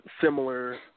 similar